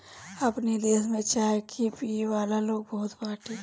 अपनी देश में चाय के पियेवाला लोग बहुते बाटे